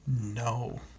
No